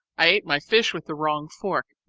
i ate my fish with the wrong fork,